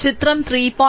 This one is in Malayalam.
ചിത്രം 3